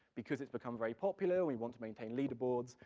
because it's become very popular, we want to maintain leaderboards,